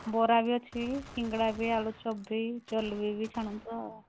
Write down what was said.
ବରା ବି ଅଛି ସିଙ୍ଗଡ଼ା ବି ଆଳୁ ଚପ୍ ବି ଜଲେବି ବି ଛାଣୁଛୁ